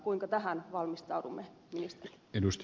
kuinka tähän valmistaudumme ministeri